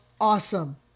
awesome